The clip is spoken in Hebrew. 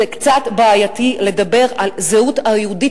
זה קצת בעייתי לדבר על הזהות היהודית